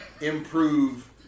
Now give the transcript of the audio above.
improve